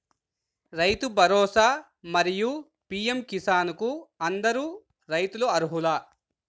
రైతు భరోసా, మరియు పీ.ఎం కిసాన్ కు అందరు రైతులు అర్హులా?